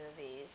movies